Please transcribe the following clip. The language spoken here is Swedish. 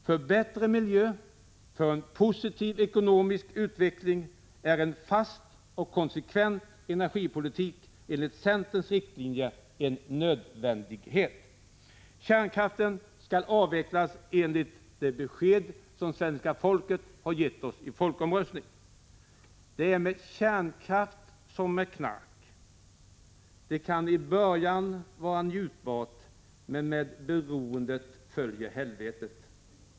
För en bättre miljö och för en positiv ekonomisk utveckling är en fast och konsekvent energipolitik enligt centern en nödvändighet. Kärnkraften skall avvecklas i enlighet med det besked som svenska folket gav oss i folkomröstningen. Det är med kärnkraft som med knark — den kan i början vara njutbar, men med beroendet följer helvetet.